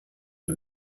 the